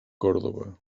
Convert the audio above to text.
còrdova